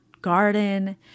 garden